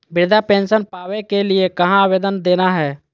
वृद्धा पेंसन पावे के लिए कहा आवेदन देना है?